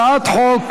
הצעת חוק